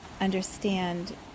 understand